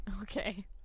okay